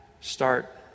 start